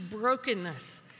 brokenness